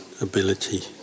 ability